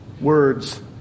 Words